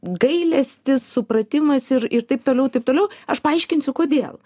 gailestis supratimas ir ir taip toliau ir taip toliau aš paaiškinsiu kodėl